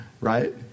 right